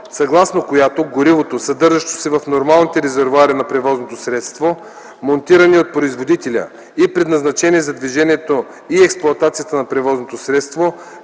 съгласно която горивото, съдържащо се в нормалните резервоари на превозното средство, монтирани от производителя и предназначени за движението и експлоатацията на превозното средство,